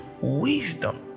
wisdom